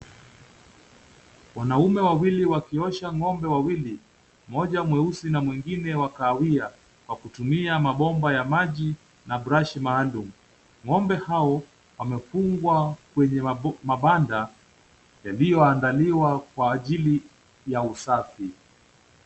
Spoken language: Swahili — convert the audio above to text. Wanaume wawili wakionsha ng'ombe wawili, Moja mweusi na mwingine wa kaawia, wakutumia mabomba ya maji na brush maalum, ng'ombe hao wamefungwa Kwenye mabanda, iliyo andaliwa kwa ajili ya usafi.